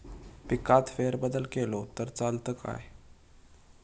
पिकात फेरबदल केलो तर चालत काय?